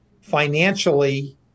financially